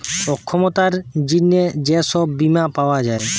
অক্ষমতার জিনে যে সব বীমা পাওয়া যায়